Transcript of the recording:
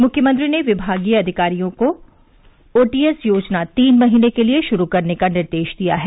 मुख्यमंत्री ने विभागीय अधिकारियों को ओटीएस योजना तीन महीने के लिए शुरू करने का निर्देश दिया है